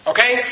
Okay